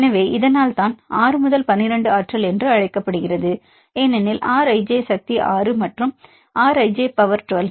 எனவே இதனால்தான் இதை 6 12 ஆற்றல் என அழைக்கப்படுகிறது ஏனெனில் R ij சக்தி 6 மற்றும் R ij power 12